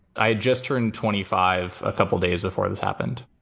i just turned twenty five a couple days before this happened.